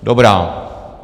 Dobrá.